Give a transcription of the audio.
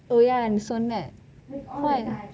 oh ya நீ சொன்னேன்:ni sonnen